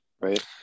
right